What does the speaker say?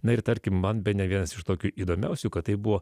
na ir tarkim man bene vienas iš tokių įdomiausių kad tai buvo